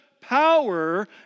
power